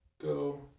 go